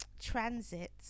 transit